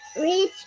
reach